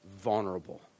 vulnerable